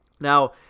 Now